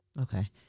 Okay